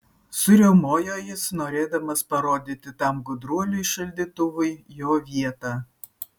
suriaumojo jis norėdamas parodyti tam gudruoliui šaldytuvui jo vietą